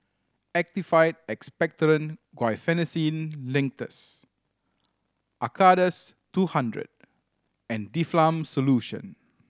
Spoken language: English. Actified Expectorant Guaiphenesin Linctus Acardust two hundred and Difflam Solution